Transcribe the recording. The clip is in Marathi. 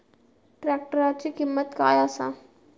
ट्रॅक्टराची किंमत काय आसा?